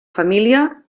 família